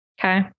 Okay